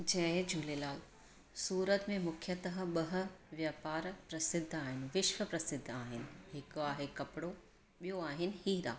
जय झूलेलाल सूरत में मुख्य तह बह वापार प्रसिद्ध आहिनि विश्व प्रसिद्ध आहिनि हिकु आहे कपिड़ो ॿियो आहिनि हीरा